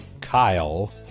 Kyle